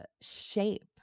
shape